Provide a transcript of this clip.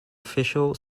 official